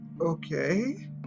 okay